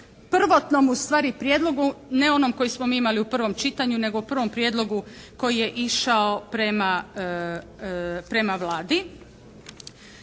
prvotnom ustvari prijedlogu, ne onom koji smo mi imali u prvom čitanju nego u prvom prijedlogu koji je išao prema Vladi